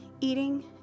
eating